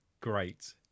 Great